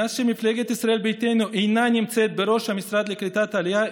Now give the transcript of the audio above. מאז שמפלגת ישראל ביתנו אינה נמצאת בראש המשרד לקליטת העלייה,